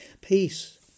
Peace